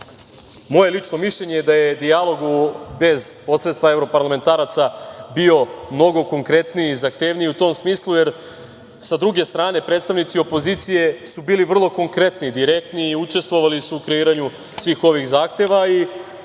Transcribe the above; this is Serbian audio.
moje lično mišljenje je da je dijalog bez posredstva evroparlamentaraca bio mnogo konkretniji, zahtevniji u tom smislu, jer sa druge strane predstavnici opozicije su bili vrlo konkretni, direktni i učestvovali su u kreiranju svih ovih zahteva i